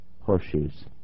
horseshoes